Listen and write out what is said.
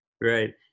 Right